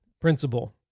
principle